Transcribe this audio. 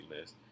list